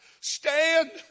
Stand